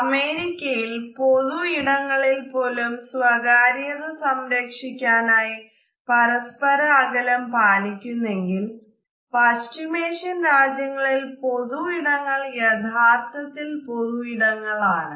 അമേരിയ്ക്കയിൽ പൊതു ഇടങ്ങളിൽ പോലും സ്വകാര്യത സംരക്ഷിക്കാനായി പരസ്പര അകലം പാലിക്കുന്നെങ്കിൽ പശ്ചിമേഷ്യൻ രാജ്യങ്ങളിൽ പൊതു ഇടങ്ങൾ യഥാർത്ഥത്തിൽ പൊതു ഇടങ്ങൾ ആണ്